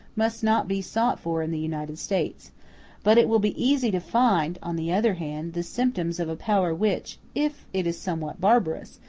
must not be sought for in the united states but it will be easy to find, on the other hand, the symptoms of a power which, if it is somewhat barbarous,